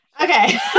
Okay